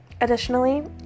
Additionally